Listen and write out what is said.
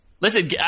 Listen